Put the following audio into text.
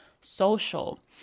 social